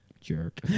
Jerk